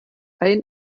ein